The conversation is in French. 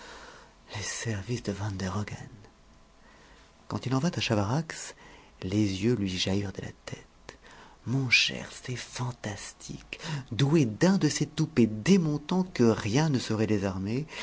les services de van der hogen quand il en vint à chavarax les yeux lui jaillirent de la tête mon cher c'est fantastique doué d'un de ces toupets démontants que rien ne saurait désarmer